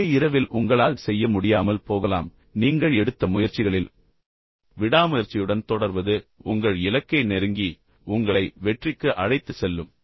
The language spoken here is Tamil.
ஒரே இரவில் உங்களால் செய்ய முடியாமல் போகலாம் ஆனால் நீங்கள் எடுத்த முயற்சிகளில் விடாமுயற்சியுடன் தொடர்வது உங்கள் இலக்கை நெருங்கி உங்களை வெற்றிக்கு அழைத்துச் செல்லும்